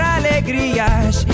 alegrias